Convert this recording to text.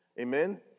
Amen